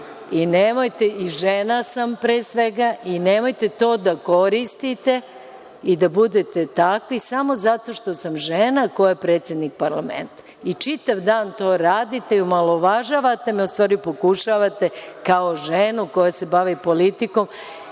hoćete i žena sam pre svega i nemojte to da koristite i da budete takvi samo zato što sam žena koja je predsednik parlamenta i čitav dan to radite i omalovažavate me, a u stvari pokušavate kao ženu koja se bavi politikom,